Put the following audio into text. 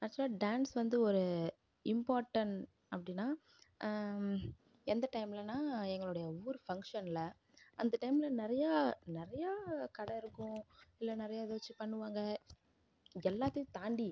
ஆக்ச்சுலாக dance வந்து ஒரு important அப்படின்னா எந்த டைம்லேனா எங்களுடைய ஒவ்வொரு ஃபங்க்ஷனில் அந்த டைமில் நிறையா நிறையா கடை இருக்கும் இல்லை நிறையா ஏதாச்சும் பண்ணுவாங்க எல்லாத்தையும் தாண்டி